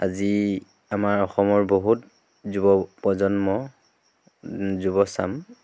আজি আমাৰ অসমৰ বহুত যুৱ প্ৰজন্ম যুৱচাম